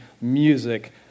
music